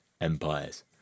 empires